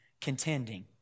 contending